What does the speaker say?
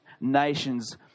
nations